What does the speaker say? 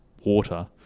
water